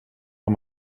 amb